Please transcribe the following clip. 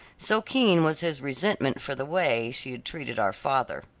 so keen was his resentment for the way she had treated our father.